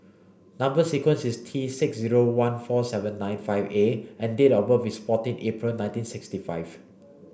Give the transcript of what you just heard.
number sequence is T six zero one four seven nine five A and date of birth is fourteen April nineteen sixty five